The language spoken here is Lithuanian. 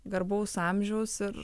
garbaus amžiaus ir